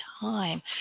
time